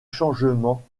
changement